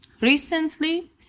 recently